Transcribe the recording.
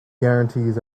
guarantees